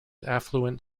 affluent